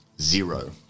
zero